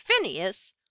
Phineas